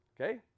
Okay